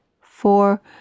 four